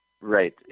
right